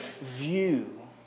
view